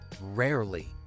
rarely